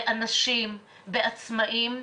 באנשים, בעצמאיים,